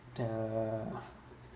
err